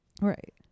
right